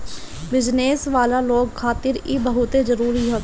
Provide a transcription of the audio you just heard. business वाला लोग खातिर इ बहुते जरुरी हवे